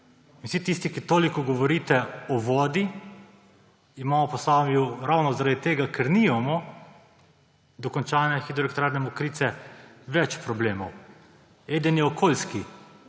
Vsi tisti, ki toliko govorite o vodi, imamo v Posavju ravno zaradi tega, ker nimamo dokončane hidroelektrarne Mokrice, več problemov. Eden je okoljski,